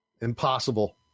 Impossible